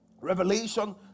revelation